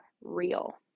real